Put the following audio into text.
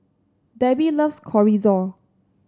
Debbie loves Chorizo